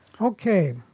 Okay